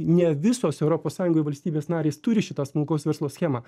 ne visos europos sąjungoj valstybės narės turi šitą smulkaus verslo schemą